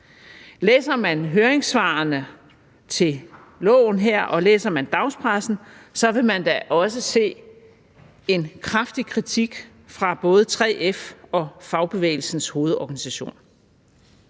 Læser man høringssvarene til lovforslaget her og læser man dagspressen, vil man da også se en kraftig kritik fra både 3F og Fagbevægelsens Hovedorganisation.